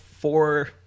four